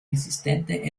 existente